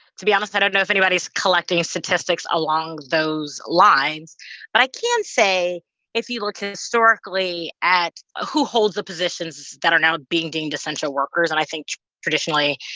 to be honest, i don't know if anybody's collecting statistics along those lines. but i can say if you look historically at who holds the positions that are now being deemed essential workers, and i think traditionally,